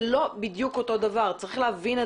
זה לא בדיוק אותו הדבר ואת זה צריך להבין.